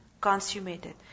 consummated